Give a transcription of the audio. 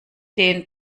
den